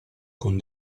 con